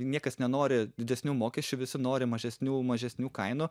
niekas nenori didesnių mokesčių visi nori mažesnių mažesnių kainų